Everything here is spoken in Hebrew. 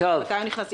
מתי הוא נכנס לתוקף.